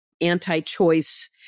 anti-choice